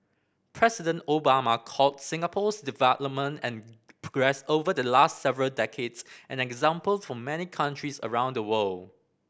President Obama called Singapore's development and progress over the last several decades an example for many countries around the world